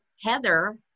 Heather